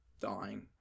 dying